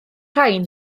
rhain